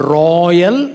royal